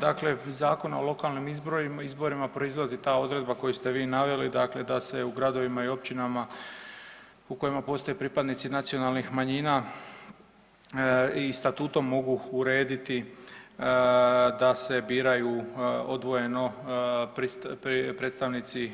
Dakle, iz Zakona o lokalnim izborima proizlazi ta odredba koju ste vi naveli da se u gradovima i općinama u kojima postoje pripadnici nacionalnih manjina i statutom mogu urediti da se biraju odvojeno predstavnici